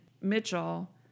Mitchell